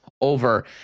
over